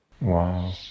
Wow